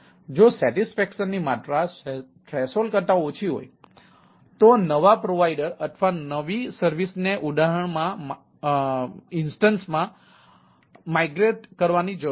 જો સૈટિસ્ફૈક્શનની માત્રા થ્રેશોલ્ડ કરતાં ઓછી હોય તો નવા પ્રોવાઇડર અથવા નવી સેવાને ઉદાહરણ માં સ્થળાંતર કરવાની જરૂર છે